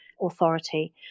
Authority